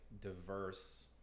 diverse